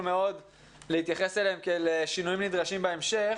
מאוד להתייחס אליהם כשינויים נדרשים בהמשך,